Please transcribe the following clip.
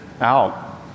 out